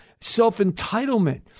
self-entitlement